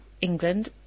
England